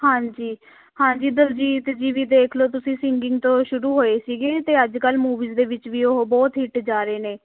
ਹਾਂਜੀ ਹਾਂਜੀ ਦਲਜੀਤ ਜੀ ਵੀ ਦੇਖ ਲਓ ਤੁਸੀਂ ਸਿੰਗਿੰਗ ਤੋਂ ਸ਼ੁਰੂ ਹੋਏ ਸੀਗੇ ਅਤੇ ਅੱਜ ਕੱਲ੍ਹ ਮੂਵੀਜ਼ ਦੇ ਵਿੱਚ ਵੀ ਉਹ ਬਹੁਤ ਹਿੱਟ ਜਾ ਰਹੇ ਨੇ